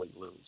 lose